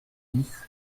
dix